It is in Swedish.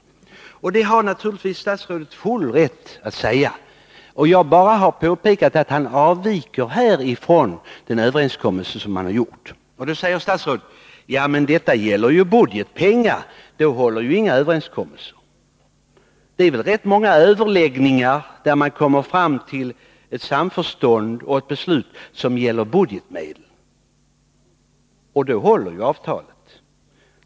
Detta har statsrådet naturligtvis full rätt att säga. Jag har bara påpekat att jordbruksministern här avviker från den överenskommelse som är träffad. Till detta säger statsrådet: Ja, men det gäller ju budgetmedel. Då håller inga överenskommelser. Men så är det ju inte. I många överläggningar kommer man fram till samförstånd och beslut som gäller budgetmedel, och då håller avtalet.